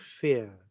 fear